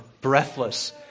breathless